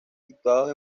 situados